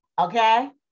okay